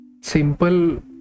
simple